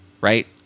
right